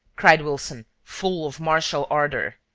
cried wilson, full of martial ardour.